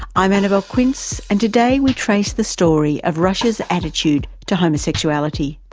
i'm annabelle quince, and today we trace the story of russia's attitude to homosexuality.